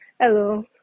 Hello